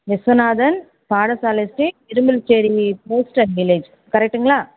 Viswanathan Padasalai street Irumbulicheri post and village கரெக்ட்டுங்களா